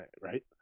right